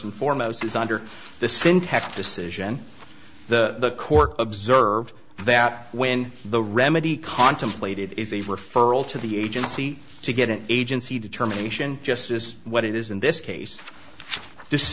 and foremost is under the syntax decision the court observed that when the remedy contemplated is a referral to the agency to get an agency determination just as what it is in this case